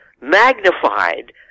magnified